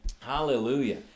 Hallelujah